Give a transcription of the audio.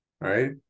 Right